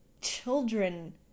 children